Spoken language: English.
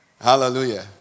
Hallelujah